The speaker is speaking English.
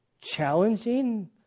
challenging